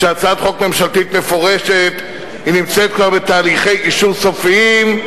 שהצעת חוק ממשלתית מפורשת נמצאת כבר בתהליכי אישור סופיים.